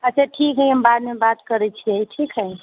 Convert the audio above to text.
अच्छा ठीक हइ हम बादमे बात करैत छियै ठीक हइ